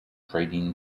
trading